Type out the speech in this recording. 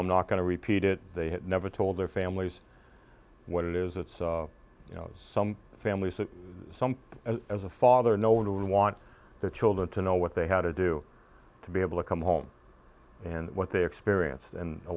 i'm not going to repeat it they have never told their families what it is it's you know some families some as a father no one would want their children to know what they had to do to be able to come home and what they experience and a